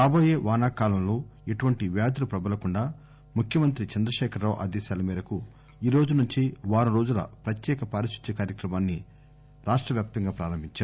రాబోయే వానాకాలం లో ఎటువంటి వ్యాధులు ప్రబలకుండా ముఖ్యమంత్రి కె సి ఆర్ ఆదేశాల మేరకు ఈరోజునుండి వారం రోజుల ప్రత్యేక పారిశుధ్య కార్యక్రమాన్ని రాష్ట్రవ్యాప్రంగా ప్రారంభించారు